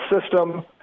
system